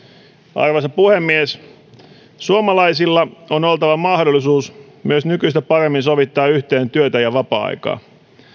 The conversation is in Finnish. arvoisa puhemies suomalaisilla on oltava mahdollisuus myös nykyistä paremmin sovittaa yhteen työtä ja vapaa aikaa